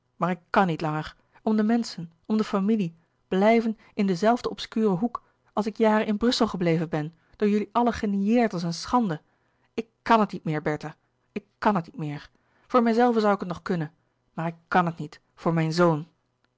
maar ik kàn niet langer om de menschen om de familie blijven in den zelfden obscuren hoek als ik jaren in brussel gebleven ben door jullie allen genïeerd als een schande ik kan het niet meer bertha ik kan het niet meer voor mijzelve zoû ik het nog kunnen maar ik kan het niet voor mijn zoon